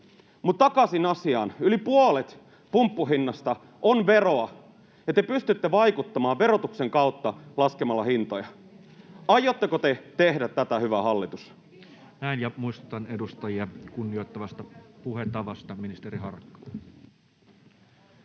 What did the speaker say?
takaisin asiaan: Yli puolet pumppuhinnasta on veroa, ja te pystytte vaikuttamaan verotuksen kautta, laskemaan hintoja. Aiotteko te tehdä tätä, hyvä hallitus? [Speech 44] Speaker: Toinen varapuhemies Juho Eerola